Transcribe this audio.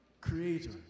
creator